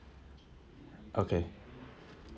okay